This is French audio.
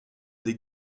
des